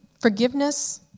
forgiveness